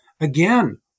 again